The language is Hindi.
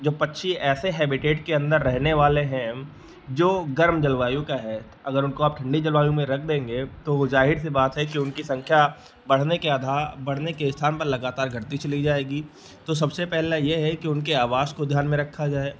जो पक्षी ऐसे हैबिटैट के अंदर रहने वाले हैं जो गर्म जल वायु का हैत अगर उनको आप ठंडी जल वायु में रख देंगे तो वह ज़ाहिर सी बात है कि उनकी संख्या बढ़ने के आधा बढ़ने के स्थान पर लगातार घटती चली जाएगी तो सबसे पहला यह है कि उनके आवास को ध्यान में रखा जाए